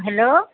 hello